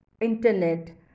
internet